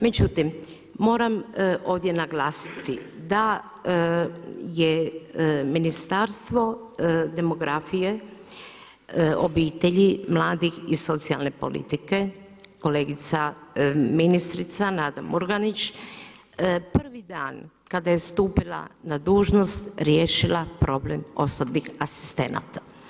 Međutim, moram ovdje naglasiti da je Ministarstvo demografije, obitelji, mladih i socijalne politike kolegica ministrica Nada Murganić, prvi dan kada je stupila na dužnost riješila problem osobnih asistenata.